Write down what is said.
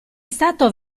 stato